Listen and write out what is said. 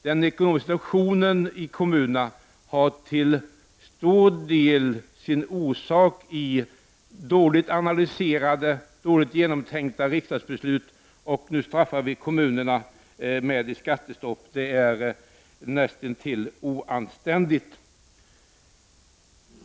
Den ekonomiska situationen i kommunerna har till stor del sin orsak i dåligt analyserade och dåligt genomtänkta riksdagsbeslut, och nu straffas kommunerna med ett skattestopp. Det är nästintill oanständigt.